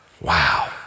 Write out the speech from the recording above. wow